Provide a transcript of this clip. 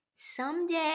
Someday